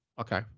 Okay